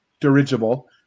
Dirigible